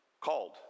called